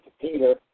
Peter